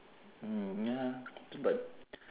mm ya but